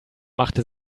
machte